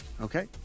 Okay